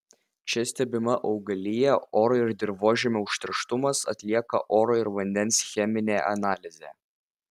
čia stebima augalija oro ir dirvožemio užterštumas atliekama oro ir vandens cheminė analizė